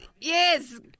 Yes